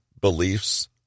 beliefs